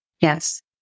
Yes